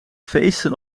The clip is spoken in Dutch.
feesten